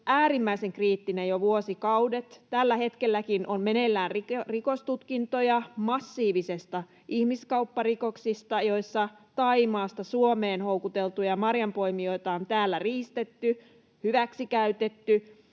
äärimmäisen kriittinen jo vuosikaudet. Tällä hetkelläkin on meneillään rikostutkintoja massiivisista ihmiskaupparikoksista, joissa Thaimaasta Suomeen houkuteltuja marjanpoimijoita on täällä riistetty, hyväksikäytetty,